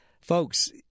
folks